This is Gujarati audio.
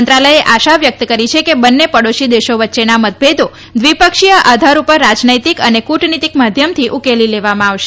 મંત્રાલયે આશા વ્યકત કરી છે કે બંને પડોશી દેશો વચ્ચેના મતભેદો દ્વિપક્ષીય આધાર ઉપર રાજનૈતિક અને કુટનીતીક માધ્યમથી ઉકેલી લેવામાં આવશે